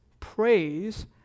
Praise